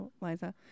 liza